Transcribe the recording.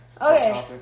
Okay